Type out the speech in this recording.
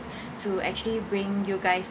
to actually bring you guys